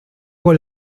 con